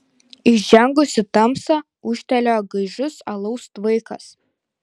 įžengus į tamsą ūžtelėjo gaižus alaus tvaikas